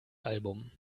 album